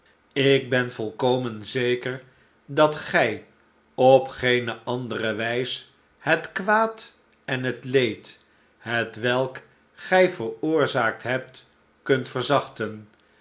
ik ben volkomen zeker dat gij op geene andere wijs het kwaad en het leed hetwelk gij veroorzaakt hebt kunt verzachten